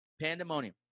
pandemonium